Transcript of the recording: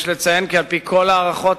יש לציין כי על-פי כל ההערכות,